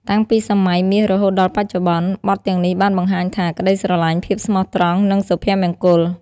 តាំងពីសម័យមាសរហូតដល់បច្ចុប្បន្ន បទទាំងនេះបានបង្ហាញថា ក្តីស្រឡាញ់ ភាពស្មោះត្រង់ និងសុភមង្គល។